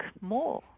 more